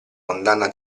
condanna